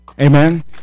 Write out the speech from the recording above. Amen